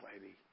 lady